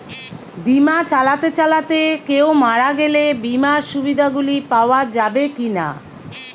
বিমা চালাতে চালাতে কেও মারা গেলে বিমার সুবিধা গুলি পাওয়া যাবে কি না?